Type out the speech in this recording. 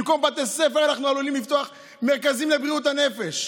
במקום בתי ספר אנחנו עלולים לפתוח מרכזים לבריאות הנפש.